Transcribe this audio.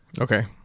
Okay